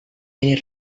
ini